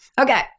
Okay